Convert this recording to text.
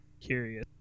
curious